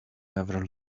never